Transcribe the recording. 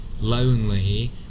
lonely